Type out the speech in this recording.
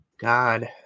God